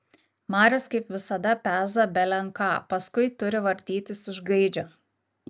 marius kaip visada peza belen ką paskui turi vartytis iš gaidžio